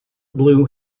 blue